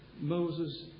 Moses